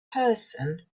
person